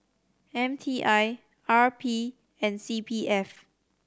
M T I R P and C P F